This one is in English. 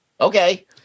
Okay